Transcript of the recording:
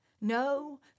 No